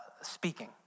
speaking